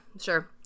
sure